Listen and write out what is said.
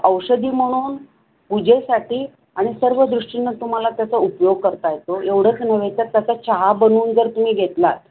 औषधी म्हणून पूजेसाठी आणि सर्व दृष्टीनं तुम्हाला त्याचा उपयोग करता येतो एवढंच नव्हे तर त्याचा चहा बनवून जर तुम्ही घेतलात